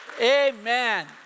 Amen